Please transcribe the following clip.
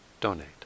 donate